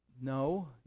No